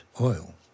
oil